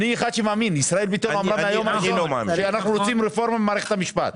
ישראל ביתנו אמרה מהיום הראשון שאנחנו רוצים רפורמה במערכת המשפט,